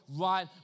right